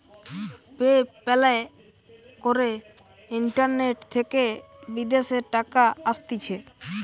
pay প্যালে করে internet থেকে বিদেশের টাকা আসতিছে